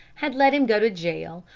had let him go to jail,